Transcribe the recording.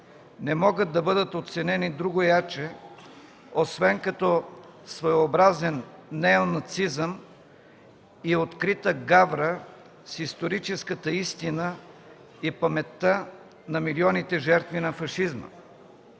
не могат да бъдат оценени другояче, освен като своеобразен неонацизъм и открита гавра с историческата истина и паметта на милионите жертви на фашизма.